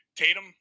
Tatum